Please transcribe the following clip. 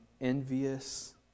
envious